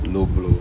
low blow